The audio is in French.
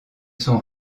sont